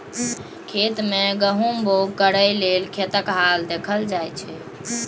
खेत मे गहुम बाउग करय लेल खेतक हाल देखल जाइ छै